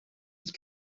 die